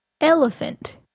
Elephant